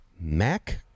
Mac